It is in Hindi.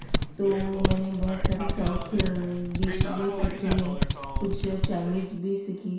तो मैंने बहुत सारी साउथ डिश भी सीखी हैं कुछ चाइनिस भी सीखी